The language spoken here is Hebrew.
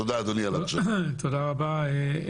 תודה רבה על ההקשבה.